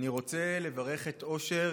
אני רוצה לברך את אושר,